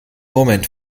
moment